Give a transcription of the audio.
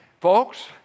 folks